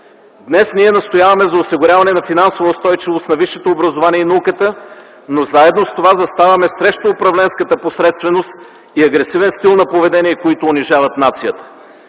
Днес ние настояваме за осигуряване на финансова устойчивост на висшето образование и науката, но заедно с това заставаме срещу управленската посредственост и агресивен стил на поведение, които унижават нацията.